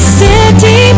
city